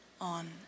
on